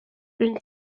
une